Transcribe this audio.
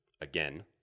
Again